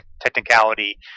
technicality